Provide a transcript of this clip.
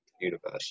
universe